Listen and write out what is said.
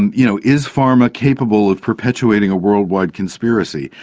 and you know, is pharma capable of perpetuating a worldwide conspiracy?